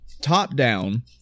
top-down